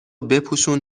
بپوشون